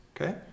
Okay